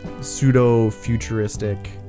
pseudo-futuristic